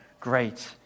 great